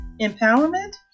empowerment